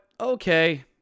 okay